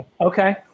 okay